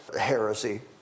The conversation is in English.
heresy